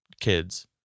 kids